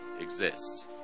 exist